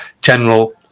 general